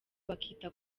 bakita